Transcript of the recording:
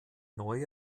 neue